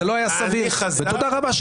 זה לא היה סביר לכבות לנו את המיקרופונים,